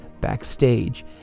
backstage